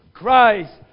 Christ